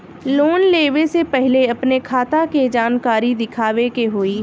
Loan लेवे से पहिले अपने खाता के जानकारी दिखावे के होई?